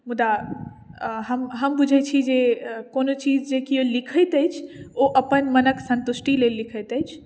मुदा हम हम बुझैत छी जे कोनो चीज जे कियो लिखैत अछि ओ अपन मनक सन्तुष्टि लेल लिखैत अछि